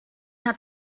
had